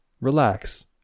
Relax